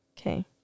Okay